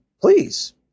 please